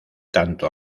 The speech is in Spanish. tanto